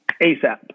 asap